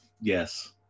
Yes